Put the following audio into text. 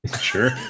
Sure